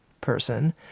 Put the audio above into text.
person